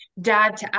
Dad